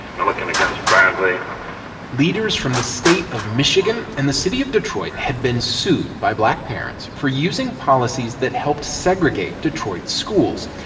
milliken against bradley leaders from the state of michigan and the city of detroit had been sued by black parents for using policies that helped segregate detroit's schools.